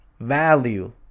value